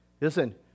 Listen